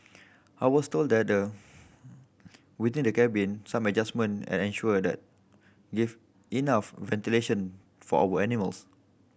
I was told that the within the cabin some adjustment and ensure that if enough ventilation for our animals